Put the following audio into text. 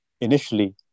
initially